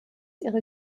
ihre